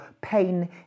pain